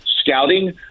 scouting